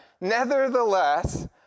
Nevertheless